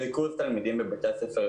הרי צריך להשלים את כל התקופה החסרה הזאת,